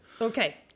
Okay